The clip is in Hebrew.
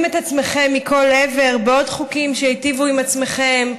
את עצמכם מכל עבר בעוד חוקים שיטיבו עם עצמכם,